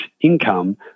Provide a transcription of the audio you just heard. income